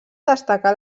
destacar